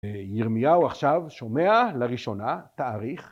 ירמיהו עכשיו שומע לראשונה תאריך.